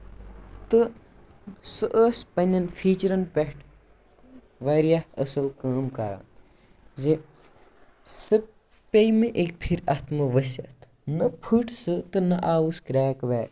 تہٕ سُہ ٲسۍ پَنٕنٮ۪ن فیٖچرَن پٮ۪ٹھ واریاہ اَصٕل کٲم کران زِ سُہ پیٚیہِ مےٚ اَکہِ پھِرِ اَتھٕ منٛز ؤسِتھ نہَ پھُٹ سۅ تہٕ نہَ آوُس کرٛیک ویک